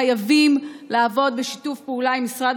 חייבים לעבוד בשיתוף פעולה עם משרד